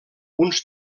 uns